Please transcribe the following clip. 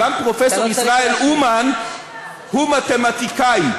גם פרופסור ישראל אומן הוא מתמטיקאי.